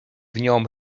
nią